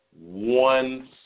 one